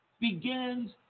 begins